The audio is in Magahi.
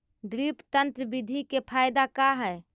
ड्रिप तन्त्र बिधि के फायदा का है?